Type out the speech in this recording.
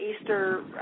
Easter